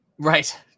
Right